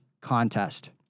contest